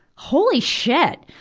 holy shit!